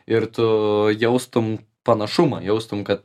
ir tu jaustum panašumą jaustum kad